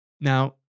Now